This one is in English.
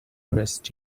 dressed